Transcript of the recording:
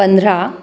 पंधरा